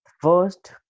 First